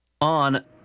on